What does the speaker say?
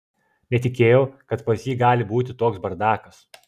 netikėjau kad pas jį gali būti toks bardakas